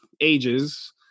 ages